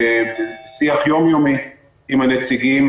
אנחנו בשיח יום יומי עם הנציגים